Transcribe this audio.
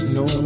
no